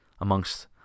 amongst